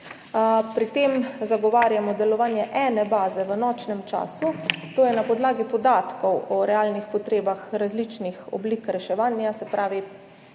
Pri tem zagovarjamo delovanje ene baze v nočnem času, to je na podlagi podatkov o realnih potrebah različnih oblik reševanja. Se pravi,